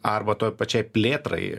arba toj pačiai plėtrai